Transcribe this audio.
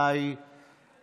לסדר-היום